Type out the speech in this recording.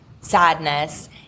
sadness